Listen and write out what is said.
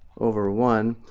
over one,